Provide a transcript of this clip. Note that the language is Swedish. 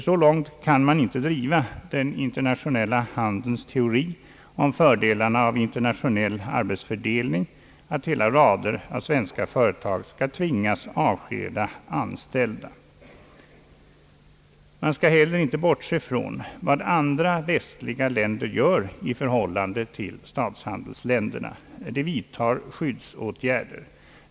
Så långt kan man inte driva den internationella handelns teori om fördelarna av internationell arbetsfördelning, att hela rader av svenska företag skall tvingas avskeda anställda i stor omfattning. Man skall heller inte bortse från vad andra västliga länder gör i förhållande till - statshandelsländerna. De vidtar skyddsåtgärder.